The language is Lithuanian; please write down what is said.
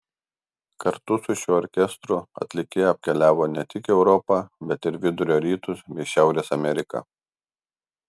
kartu su šiuo orkestru atlikėja apkeliavo ne tik europą bet ir vidurio rytus bei šiaurės ameriką